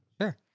Sure